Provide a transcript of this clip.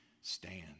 stand